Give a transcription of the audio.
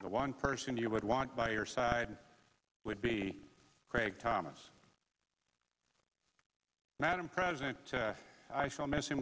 the one person you would want by your side would be craig thomas madam president to i still miss him